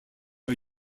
are